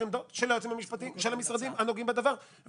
עמדות של היועצים המשפטיים של המשרדים הנוגעים בדבר.